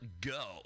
go